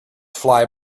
fly